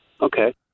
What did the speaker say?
okay